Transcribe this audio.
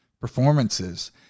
performances